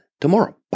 tomorrow